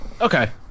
Okay